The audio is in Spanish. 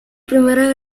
primera